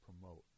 promote